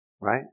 right